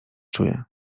czuję